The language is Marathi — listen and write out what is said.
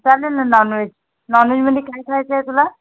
चालेल नॉनवेज नॉनवेजमध्ये काय खायचं आहे तुला